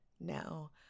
now